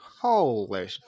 holy